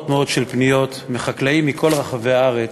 מאוד של פניות מחקלאים מכל רחבי הארץ.